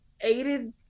aided